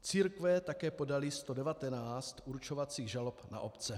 Církve také podaly 119 určovacích žalob na obce.